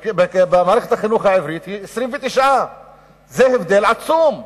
ובמערכת החינוך העברית הממוצע הוא 29. זה הבדל עצום.